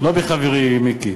לא מחברי מיקי.